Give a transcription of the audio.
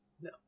no